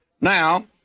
Now